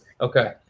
Okay